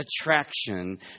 attraction